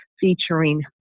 featuring